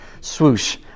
swoosh